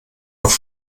auf